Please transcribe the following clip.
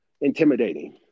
intimidating